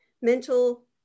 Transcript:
mental